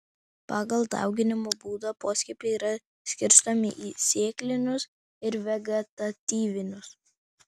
pagal dauginimo būdą poskiepiai yra skirstomi į sėklinius ir vegetatyvinius